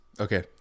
Okay